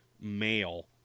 male